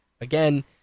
Again